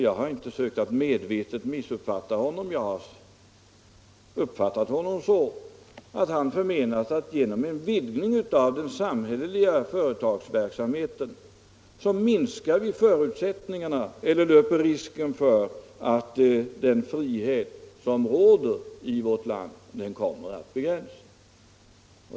Jag har inte medvetet sökt missuppfatta honom, utan jag har uppfattat honom så att han förmenar att genom vidgning av den samhälleliga företagsverksamheten löper vi risken att den frihet som råder i vårt land kommer att begränsas.